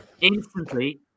instantly